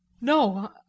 No